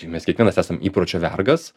mes kiekvienas esam įpročio vergas